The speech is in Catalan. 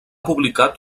publicat